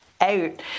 out